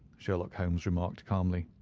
sherlock holmes remarked calmly.